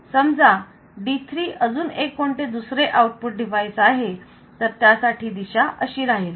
समजा D3 अजून एक कोणते दुसरे आउटपुट डिवाइस आहे तर त्यासाठी दिशा अशी राहील